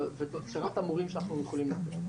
והכשרת המורים שאנחנו יכולים לתת.